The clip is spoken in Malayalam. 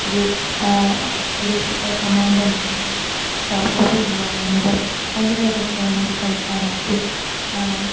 ഒരു ഒര് സംഭവം തന്നെയാണ് ചറുമുറു എന്നുപറയുന്നത് ഭയങ്കര രസമാണ് അത് കഴിക്കാൻ ആയിട്ട്